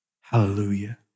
Hallelujah